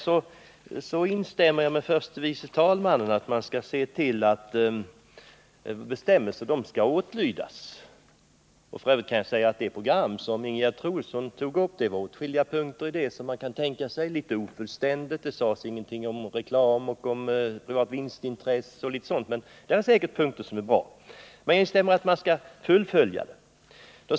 Sedan instämmer jag med förste vice talmannen i att man skall se till att bestämmelser skall åtlydas. F. ö. kan jag säga att det program som Ingegerd Troedsson talade för innehåller åtskilligt som man kan tänka sig. Det var litet ofullständigt — det sades ingenting om reklam och vinstintresse — men där finns säkert punkter som är bra. Jag instämmer i att man skall fullfölja detta.